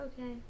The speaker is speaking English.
Okay